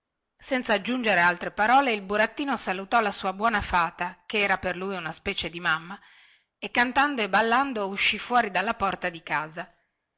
senza aggiungere altre parole il burattino salutò la sua buona fata che era per lui una specie di mamma e cantando e ballando uscì fuori della porta di casa